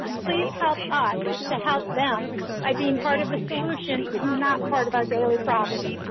please help us to help them by being part of the solution and not part of our daily problems.